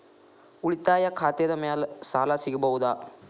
ಉಳಿತಾಯ ಖಾತೆದ ಮ್ಯಾಲೆ ಸಾಲ ಸಿಗಬಹುದಾ?